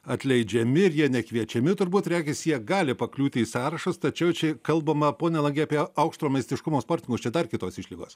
atleidžiami ir jie nekviečiami turbūt regis jie gali pakliūti į sąrašus tačiau čia kalbama pone langy apie aukštro meistriškumo sportininkus čia dar kitos išlygos